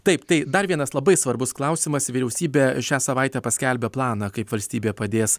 taip tai dar vienas labai svarbus klausimas vyriausybė šią savaitę paskelbė planą kaip valstybė padės